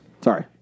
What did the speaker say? sorry